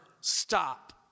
stop